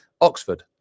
Oxford